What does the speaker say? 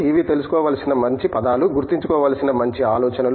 ఇవి తెలుసుకోవలసిన మంచి పదాలు గుర్తుంచుకోవలసిన మంచి ఆలోచనలు